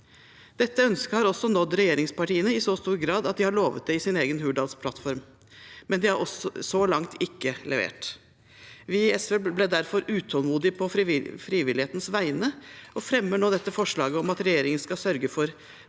Dette ønsket har også nådd regjeringspartiene i så stor grad at de har lovet det i sin egen plattform, Hurdalsplattformen. Men de har så langt ikke levert. Vi i SV ble derfor utålmodige på frivillighetens vegne og fremmer nå et forslag om at regjeringen skal